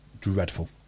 dreadful